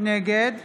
נגד